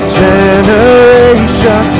generation